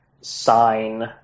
sign